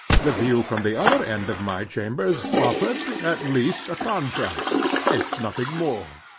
the view from the other end of my chambers offered, at least, a contrast, if nothing more.